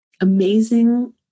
amazing